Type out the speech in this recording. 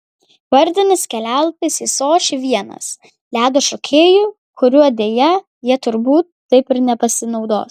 vardinis kelialapis į sočį vienas ledo šokėjų kuriuo deja jie turbūt taip ir nepasinaudos